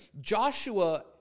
Joshua